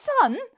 son